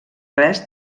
res